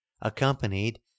accompanied